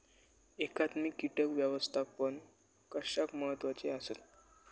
एकात्मिक कीटक व्यवस्थापन कशाक महत्वाचे आसत?